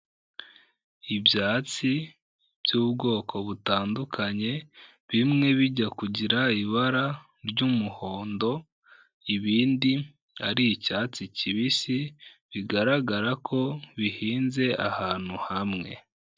Ibyatsi by'ubwoko butandukanye, bimwe bijya kugira ibara ry'umuhondo, ibindi ari icyatsi kibisi, bigaragara ko bihinze ahantu hamwe.